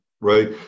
right